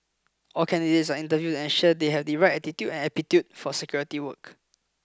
all candidates are interviewed to ensure they have the right attitude aptitude for security work